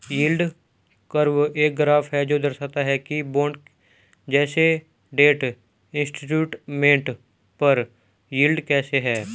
yield curve एक graph है जो दर्शाता है कि बॉन्ड जैसे डेट इंस्ट्रूमेंट पर यील्ड कैसे है